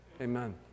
Amen